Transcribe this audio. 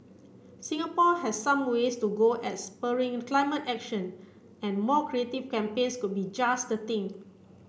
Singapore has some ways to go as spurring climate action and more creative campaigns could be just the thing